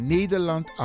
Nederland